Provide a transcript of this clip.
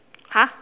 !huh!